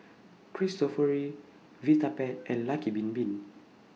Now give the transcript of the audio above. Cristofori Vitapet and Lucky Bin Bin